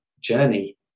journey